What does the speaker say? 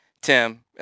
Tim